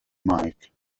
mike